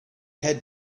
had